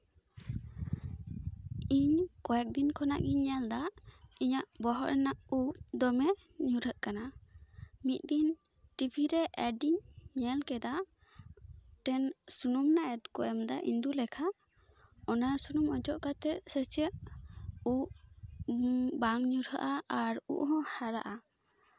ᱤᱧ ᱠᱚᱭᱮᱠ ᱫᱤᱱ ᱠᱷᱚᱱᱟᱜ ᱜᱤᱧ ᱧᱮᱞᱫᱟ ᱤᱧᱟᱹᱜ ᱵᱚᱦᱚᱜ ᱨᱮᱱᱟᱜ ᱩᱵ ᱫᱚᱢᱮ ᱧᱩᱨᱦᱟᱜᱹᱜ ᱠᱟᱱᱟ ᱢᱤᱫ ᱫᱤᱱ ᱴᱤᱵᱷᱤ ᱨᱮ ᱮᱰ ᱤᱧ ᱧᱮᱞ ᱠᱮᱫᱟ ᱢᱤᱫᱴᱮᱱ ᱥᱩᱱᱩᱢ ᱨᱮᱱᱟᱜ ᱮᱰ ᱠᱚ ᱮᱢᱫᱟ ᱤᱱᱫᱩ ᱞᱮᱠᱷᱟ ᱚᱱᱟ ᱥᱩᱱᱩᱢ ᱚᱡᱚᱜ ᱠᱟᱛᱮᱜ ᱥᱮᱪᱮᱫ ᱩᱵ ᱵᱟᱝ ᱧᱩᱨᱦᱟᱹᱜᱼᱟ ᱟᱨ ᱩᱵᱦᱚᱸ ᱦᱟᱨᱟᱜᱼᱟ